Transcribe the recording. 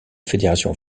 fédération